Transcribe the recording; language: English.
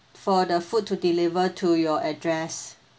for the food to deliver to your address